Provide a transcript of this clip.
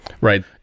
Right